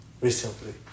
recently